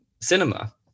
cinema